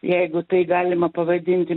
jeigu tai galima pavadinti